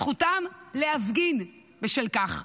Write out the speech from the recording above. זכותם להפגין בשל כך.